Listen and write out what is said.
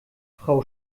frau